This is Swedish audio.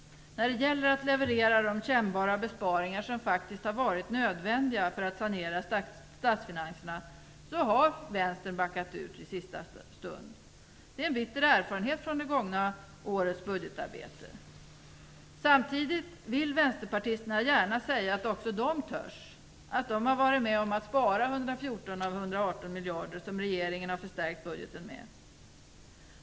När det gäller att leverera de kännbara besparingar som faktiskt har varit nödvändiga för att sanera statsfinanserna har Vänstern i sista stund backat ur. Det är en bitter erfarenhet från det gångna årets budgetarbete. Samtidigt vill vänsterpartisterna gärna säga att också de törs, att de har varit med om att spara 114 miljarder av de 118 miljarder som regeringen har förstärkt budgeten med.